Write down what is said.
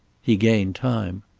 he gained time.